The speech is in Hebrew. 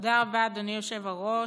תודה רבה, אדוני היושב-ראש.